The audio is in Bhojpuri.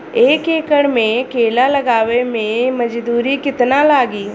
एक एकड़ में केला लगावे में मजदूरी कितना लागी?